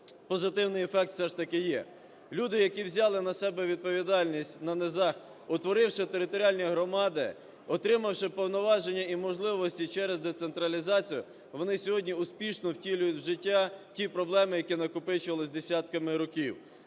Позитивний ефект все ж таки є. Люди, які взяли на себе відповідальність на низах, утворивши територіальні громади, отримавши повноваження і можливості через децентралізацію, вони сьогодні успішно втілюють в життя ті проблеми, які накопичувались десятками років.